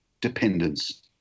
dependence